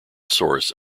source